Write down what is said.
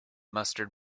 mustard